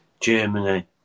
Germany